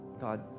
God